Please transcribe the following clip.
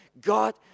God